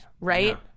Right